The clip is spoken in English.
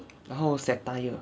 然后 satire